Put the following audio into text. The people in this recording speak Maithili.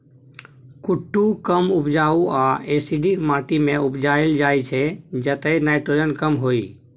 कुट्टू कम उपजाऊ आ एसिडिक माटि मे उपजाएल जाइ छै जतय नाइट्रोजन कम होइ